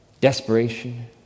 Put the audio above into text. Desperation